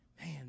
Man